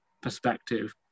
perspective